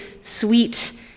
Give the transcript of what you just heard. sweet